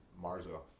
Marzo